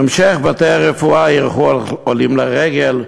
בהמשך בתי-הרפואה אירחו עולים לרגל,